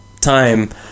time